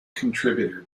contributor